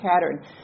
pattern